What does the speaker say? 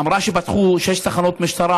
אמרה שפתחו שש תחנות משטרה